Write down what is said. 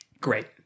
Great